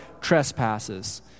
trespasses